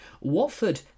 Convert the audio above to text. Watford